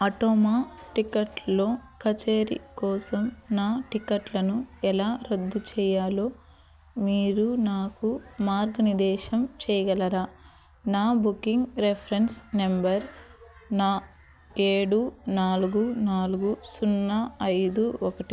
ఆటోమ టిక్కెట్లో కచేరీ కోసం నా టిక్కెట్లను ఎలా రద్దు చేయాలో మీరు నాకు మార్గనిర్దేశం చేయగలరా నా బుకింగ్ రిఫరెన్స్ నెంబర్ ఏడు నాలుగు నాలుగు సున్నా ఐదు ఒకటి